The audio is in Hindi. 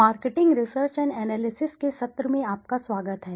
मार्केटिंग रिसर्च एंड एनालिसिस के सत्र में आपका स्वागत है